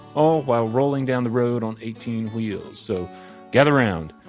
all while rolling down the road on eighteen wheels. so gather round.